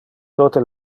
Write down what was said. tote